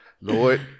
Lord